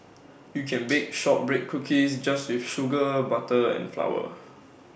you can bake Shortbread Cookies just with sugar butter and flour